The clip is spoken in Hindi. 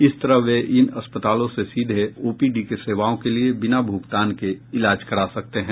इस तरह वे इन अस्पतालों से सीधे ओपीडी सेवाओं के लिए बिना भुगतान के इलाज करा सकते हैं